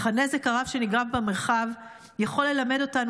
אך הנזק הרב שנגרם במרחב יכול ללמד אותנו